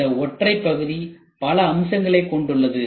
இந்த ஒற்றை பகுதி பல அம்சங்களைக் கொண்டுள்ளது